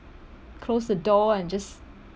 close the door and just